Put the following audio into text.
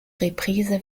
reprise